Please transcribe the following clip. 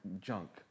junk